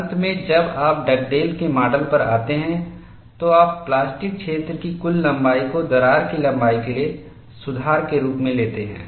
अंत में जब आप डगडेल के माडल पर आते हैं तो आप प्लास्टिक क्षेत्र की कुल लंबाई को दरार की लंबाई के लिए सुधार के रूप में लेते हैं